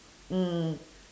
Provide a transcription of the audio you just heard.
mm mm